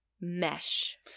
mesh